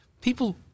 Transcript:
people